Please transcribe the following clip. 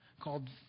called